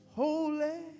holy